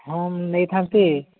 ହଁ ନେଇଥାନ୍ତି